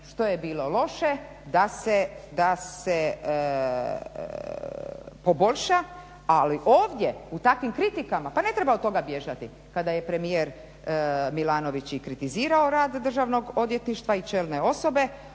što je bilo loše da se poboljša. Ali ovdje u takvim kritikama, pa ne treba od toga bježati kada je premijer Milanović i kritizirao rad Državnog odvjetništva i čelne osobe.